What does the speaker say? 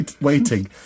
waiting